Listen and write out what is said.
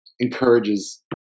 encourages